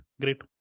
Great